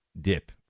dip